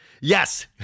Yes